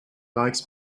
likes